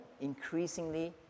increasingly